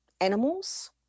animals